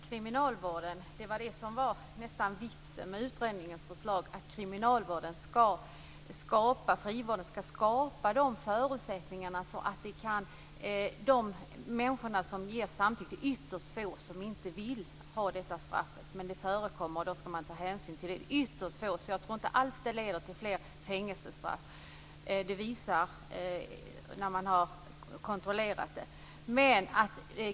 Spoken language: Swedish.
Fru talman! Vitsen med utredningens förslag var att kriminalvården och frivården skall skapa förutsättningar så att de människor som ger samtycke kan få elektronisk övervakning. Det är ytterst få som inte vill ha detta straff, men det förekommer. Då skall man ta hänsyn till det. Jag tror inte alls att det leder till fler fängelsestraff. Det har visat sig när man har kontrollerat det.